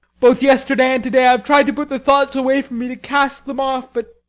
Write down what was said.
both yesterday and to-day i have tried to put the thoughts away from me to cast them off but